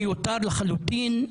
זה מיותר לחלוטין.